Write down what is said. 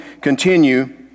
continue